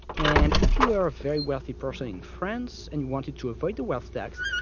and if you were a very wealthy person in france and you wanted to avoid the wealth tax,